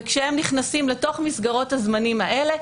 וכשהם נכנסים לתוך מסגרות הזמנים האלה,